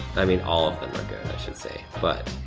i mean, all of them are good, i should say, but